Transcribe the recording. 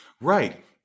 Right